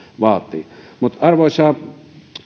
vaativat mutta arvoisa